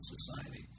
society